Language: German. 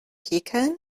häkeln